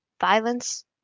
violence